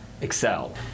Excel